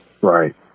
Right